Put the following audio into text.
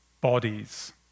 bodies